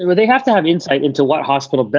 they have to have insight into what hospital,